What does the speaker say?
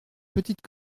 petites